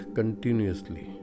continuously